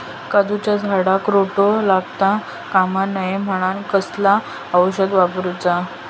काजूच्या झाडांका रोटो लागता कमा नये म्हनान कसला औषध वापरूचा?